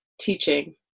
teaching